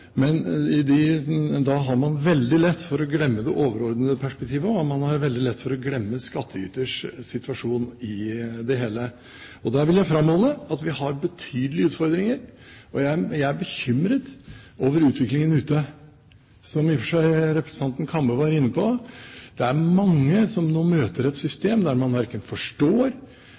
men da har man veldig lett for å glemme det overordnede perspektivet, og man har veldig lett for å glemme skattyters situasjon i det hele. Der vil jeg framholde at vi har betydelige utfordringer, og jeg er bekymret over utviklingen ute, som i og for seg representanten Kambe var inne på. Det er mange som nå møter et system der man ikke forstår